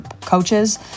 coaches